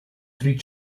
three